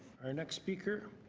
our next speaker,